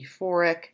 euphoric